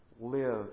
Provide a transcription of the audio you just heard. live